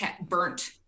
burnt